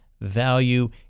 value